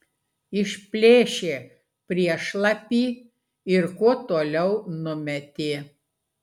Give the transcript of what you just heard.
išplėšė priešlapį ir kuo toliau numetė